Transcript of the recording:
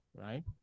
right